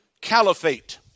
caliphate